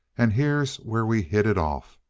and here's where we hit it off.